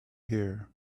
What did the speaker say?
here